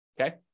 okay